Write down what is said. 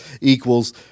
equals